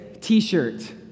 t-shirt